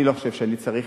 אני לא חושב שאני צריך